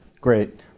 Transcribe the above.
Great